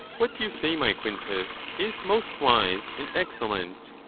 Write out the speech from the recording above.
what you say, my quintus, is most wise and excellent,